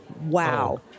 wow